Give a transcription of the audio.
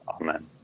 Amen